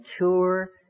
mature